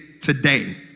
today